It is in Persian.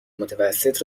متوسط